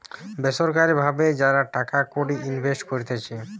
বেসরকারি ভাবে যারা টাকা কড়ি ইনভেস্ট করতিছে